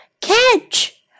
Catch